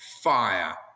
fire